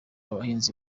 abahinzi